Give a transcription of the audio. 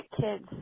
kids